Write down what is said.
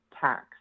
tax